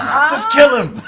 um just kill him!